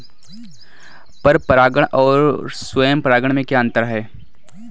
पर परागण और स्वयं परागण में क्या अंतर है?